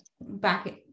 back